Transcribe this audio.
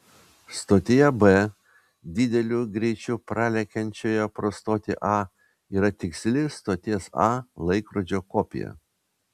stotyje b dideliu greičiu pralekiančioje pro stotį a yra tiksli stoties a laikrodžio kopija